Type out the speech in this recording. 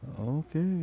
Okay